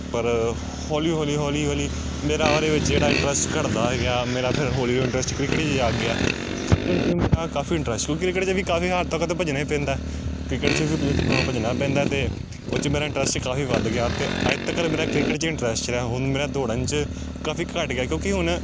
ਪਰ ਹੌਲੀ ਹੌਲੀ ਹੌਲੀ ਹੌਲੀ ਮੇਰਾ ਉਹਦੇ ਵਿੱਚ ਜਿਹੜਾ ਇੰਟਰਸਟ ਘਟਦਾ ਗਿਆ ਮੇਰਾ ਫਿਰ ਹੌਲੀ ਇੰਟਰਸਟ ਕ੍ਰਿਕਟ 'ਚ ਜਾਗ ਗਿਆ ਕ੍ਰਿਕਟ 'ਚ ਮੇਰਾ ਕਾਫੀ ਇੰਟਰਸਟ ਕ੍ਰਿਕਟ 'ਚ ਵੀ ਕਾਫੀ ਹੱਦ ਤੱਕ ਤਾਂ ਭੱਜਣਾ ਹੀ ਪੈਂਦਾ ਕ੍ਰਿਕਟ 'ਚ ਵੀ ਭੱ ਭੱਜਣਾ ਪੈਂਦਾ ਅਤੇ ਉਹ 'ਚ ਮੇਰਾ ਇੰਟਰਸਟ ਕਾਫੀ ਵੱਧ ਗਿਆ ਅਤੇ ਅੱਜ ਤੱਕ ਮੇਰਾ ਕ੍ਰਿਕਟ 'ਚ ਇੰਟਰਸਟ ਰਿਹਾ ਹੁਣ ਮੇਰਾ ਦੌੜਨ 'ਚ ਕਾਫੀ ਘੱਟ ਗਿਆ ਕਿਉਂਕਿ ਹੁਣ